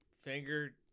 finger